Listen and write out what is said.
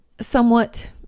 somewhat